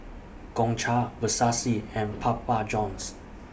Gongcha Versace and Papa Johns